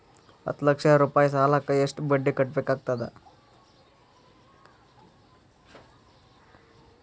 ಹತ್ತ ಲಕ್ಷ ರೂಪಾಯಿ ಸಾಲಕ್ಕ ಎಷ್ಟ ಬಡ್ಡಿ ಕಟ್ಟಬೇಕಾಗತದ?